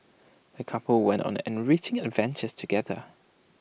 the couple went on an enriching adventure together